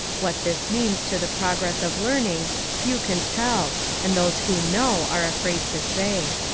what this means to the progress of learning few can tell and those who know are afraid to say.